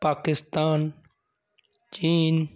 Pakistan chin